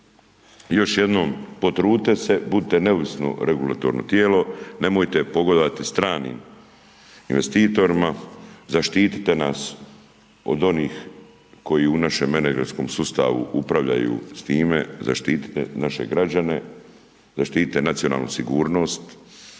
još jednom, potrudite se, budite neovisno regulatorno tijelo, nemojte pogodovati stranim investitorima, zaštitite nas od onih koji u našem međuljudskom sustavu upravljaju s time, zaštitite naše građane, zaštitite nacionalnu sigurnost,